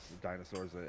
dinosaurs